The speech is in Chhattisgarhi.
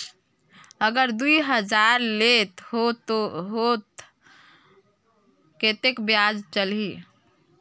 अगर दुई हजार लेत हो ता कतेक ब्याज चलही?